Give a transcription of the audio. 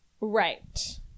Right